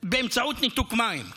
באמצעות ניתוק מים.